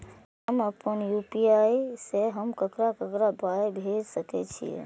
हम आपन यू.पी.आई से हम ककरा ककरा पाय भेज सकै छीयै?